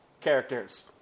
characters